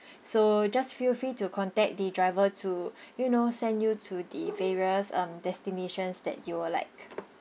so just feel free to contact the driver to you know send you to the various um destinations that you will like